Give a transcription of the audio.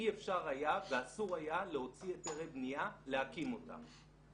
אי-אפשר היה ואסור היה להוציא היתרי בניה להקים אותן.